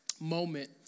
moment